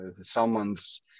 someone's